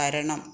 വരണം